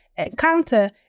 encounter